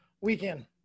weekend